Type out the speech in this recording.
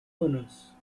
owners